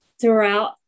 throughout